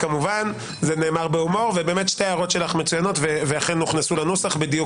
איפה שהות למשרד המפשטים להעיר ולתקן?